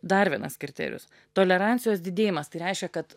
dar vienas kriterijus tolerancijos didėjimas tai reiškia kad